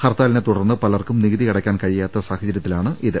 ഹർത്താലിനെ തുടർന്ന് പലർക്കും നിക്കുതി അടയ്ക്കാൻ കഴി യാത്ത സാഹചര്യത്തിലാണിത്